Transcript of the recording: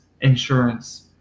insurance